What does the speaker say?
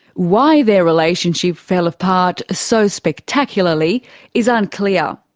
why their relationship fell apart so spectacularly is unclear.